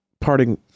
parting